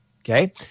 Okay